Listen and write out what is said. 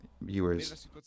viewers